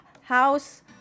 house